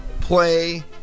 play